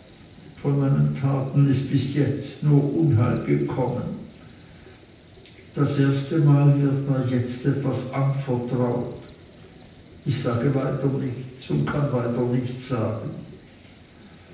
von meinen taten ist bis jetzt nur unheil gekommen das erste mal wird mir jetzt etwas anvertraut ich sage weiter nichts und kann weiter nichts sagen